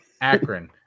akron